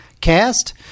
cast